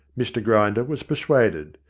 mr grinder was persuaded.